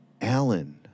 Alan